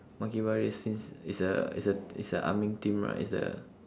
monkey bar race since it's a it's a it's a ah ming theme right it's a